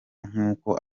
nkuko